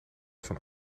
van